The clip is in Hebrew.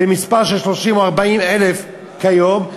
30,000 או 40,000 כיום,